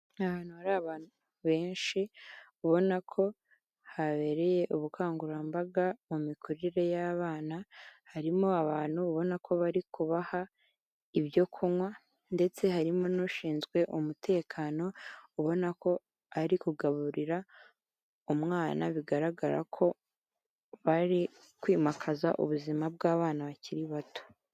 Ni ahantu hari abantu benshi ubona ko habereye ubukangurambaga mu mikurire y'abana, harimo abantu ubona ko bari kubaha ibyo kunywa, ndetse harimo n'ushinzwe umutekano ubona ko ari kugaburira umwana bigaragara ko bari kwimakaza ubuzima bw'abana bakiri bato.